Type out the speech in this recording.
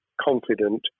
confident